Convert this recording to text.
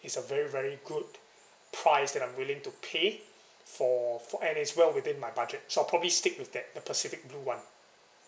is a very very good price that I'm willing to pay for for and it's well within my budget so I'll probably stick with that the pacific blue one